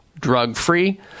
drug-free